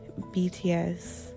bts